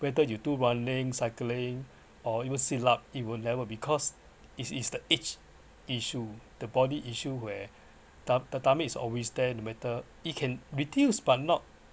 whether you do running cycling or even sit-up it will never because it is the age issue the body issue where tum~ the tummy is always there no matter it can reduce but not